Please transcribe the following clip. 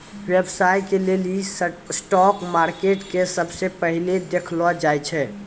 व्यवसाय के लेली स्टाक मार्केट के सबसे पहिलै देखलो जाय छै